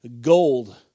gold